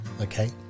Okay